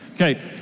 Okay